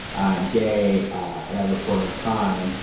i am gay, and i report on crime.